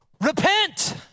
repent